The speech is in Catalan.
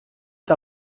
que